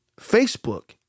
Facebook